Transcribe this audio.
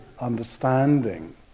understanding